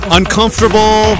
uncomfortable